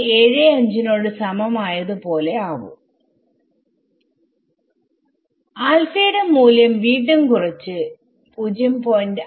75 നോട് സമം ആയത് പോലെ ആവും ആൽഫ യുടെ മൂല്യം വീണ്ടും കുറച്ചു0